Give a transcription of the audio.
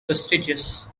prestigious